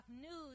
news